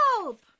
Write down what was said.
help